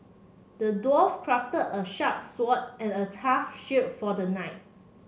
the dwarf crafted a sharp sword and a tough shield for the knight